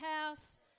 house